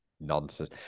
nonsense